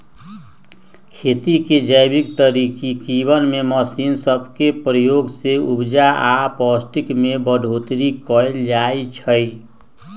खेती के जैविक तरकिब में मशीन सब के प्रयोग से उपजा आऽ पौष्टिक में बढ़ोतरी कएल जाइ छइ